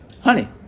Honey